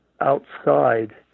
outside